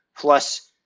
plus